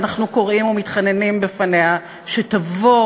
אנחנו קוראים ומתחננים בפניה שתבוא